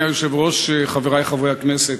אדוני היושב-ראש, חברי חברי הכנסת,